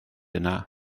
yna